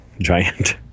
giant